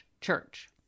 church